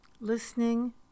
listening